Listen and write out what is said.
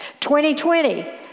2020